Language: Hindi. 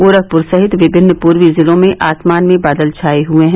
गोरखपुर सहित विभिन्न पूर्वी जिलों में आसमान में बादल छाये हुये है